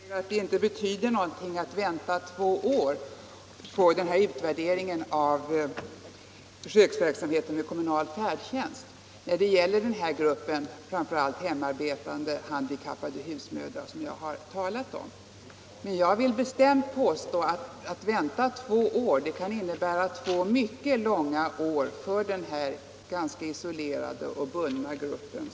Herr talman! Herr Wikner säger att det inte betyder något att vänta i två år på utvärderingen av försöksverksamheten med kommunal, färdtjänst för den här gruppen, framför allt hemarbetande handikappade husmödrar, som jag har talat om. Men jag vill bestämt påstå att det kan bli två mycket långa år för den här ganska isolerade och bundna gruppen.